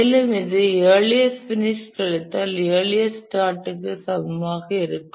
மேலும் இது earliest finish கழித்தல் இயர்லியஸ்ட் ஸ்டார்ட் க்கு சமமாக இருக்கும்